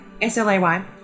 S-L-A-Y